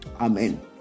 Amen